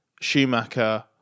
Schumacher